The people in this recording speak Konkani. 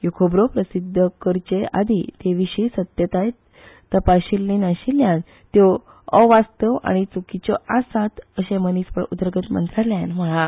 ह्यो खबरो प्रसिध्द करचे आदी तेविशी सत्यता तपाशील्ली नाशिल्ल्यान त्यो अवास्तव आनी चुकीच्यो आसात अशे मनिसबळ उदरगत मंत्रालयान म्हळा